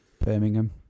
Birmingham